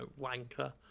wanker